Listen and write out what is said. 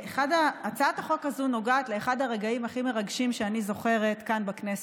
הצעת החוק הזו נוגעת לאחד הרגעים הכי מרגשים שאני זוכרת כאן בכנסת,